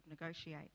negotiate